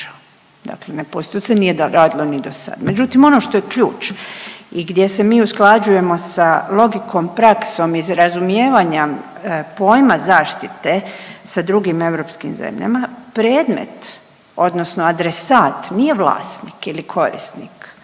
se ne razumije./…radilo ni do sad. Međutim, ono što je ključ i gdje se mi usklađujemo sa logikom i praksom iz razumijevanja pojma zaštite sa drugim europskim zemljama predmet odnosno adresat nije vlasnik ili korisnik,